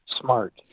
smart